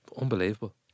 Unbelievable